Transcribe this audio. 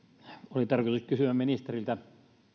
oli tarkoitus kysyä ministeriltä